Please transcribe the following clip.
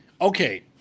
okay